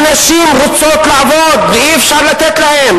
הנשים רוצות לעבוד ואי-אפשר לתת להן.